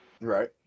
Right